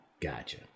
Gotcha